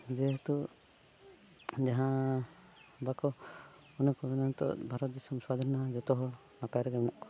ᱡᱮ ᱱᱤᱛᱚᱜ ᱡᱟᱦᱟᱸ ᱵᱟᱠᱚ ᱚᱱᱮ ᱠᱚ ᱢᱮᱱᱟ ᱱᱤᱛᱚᱜ ᱵᱷᱟᱨᱚᱛ ᱫᱤᱥᱚᱢ ᱥᱟᱹᱫᱷᱤᱱᱮᱱᱟ ᱡᱚᱛᱚ ᱦᱚᱲ ᱱᱟᱯᱟᱭ ᱨᱮᱜᱮ ᱢᱮᱱᱟᱜ ᱠᱚᱣᱟ